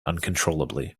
uncontrollably